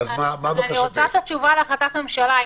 אני רוצה לקבל את התשובה לגבי החלטת הממשלה.